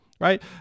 right